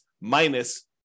minus